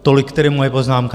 Tolik tedy moje poznámka.